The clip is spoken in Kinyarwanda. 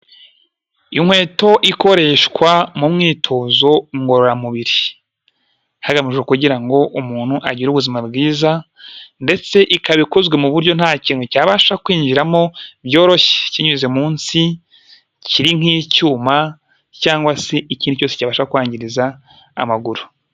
Inkweto ikoreshwa mu myitozo ngororamubiri hagamijwe kugira ngo umuntu agire ubuzima bwiza ndetse ikaba ikozwe mu buryo nta kintu cyabasha kwinjiramo byoroshye kinyuze munsi kiri nk'icyuma cyangwa se iki cyose cyabasha kwangiza amaguru.